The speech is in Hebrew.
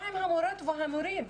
מה עם המורות והמורים?